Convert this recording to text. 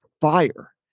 fire